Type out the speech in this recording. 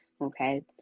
okay